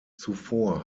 zuvor